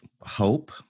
hope